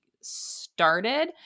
started